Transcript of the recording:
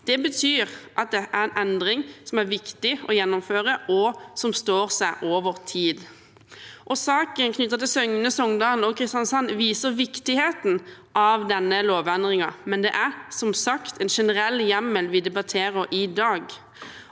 Det betyr at dette er en endring som er viktig å gjennomføre, og som står seg over tid. Saken knyttet til Søgne, Songdalen og Kristiansand viser viktigheten av denne lovendringen, men det er som sagt en generell hjemmel vi debatterer i dag.